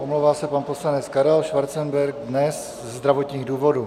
Omlouvá se pan poslanec Karel Schwarzenberg dnes ze zdravotních důvodů.